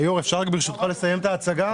היו"ר, אפשר רק לסיים את ההצגה,